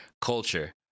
culture